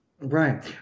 Right